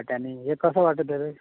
वाट्यांनी एक कसो वांटो तर